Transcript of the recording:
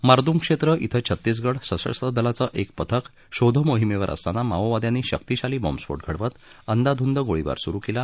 मारदूम क्षेत्र श्वे छत्तीसगड सशस्त्र दलाचं एक पथक शोधमोहिमेवर असताना माओवाद्यांनी शक्तिशाली बॉम्बस्फोट घडवत अंदाधुंद गोळीबार सुरु केला